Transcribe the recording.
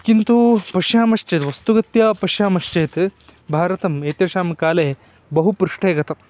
किन्तु पश्यामश्चेत् वस्तुगत्या पश्यामश्चेत् भारतम् एतेषां काले बहु पृष्ठे गतम्